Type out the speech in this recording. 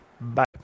Bye